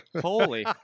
Holy